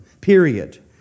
period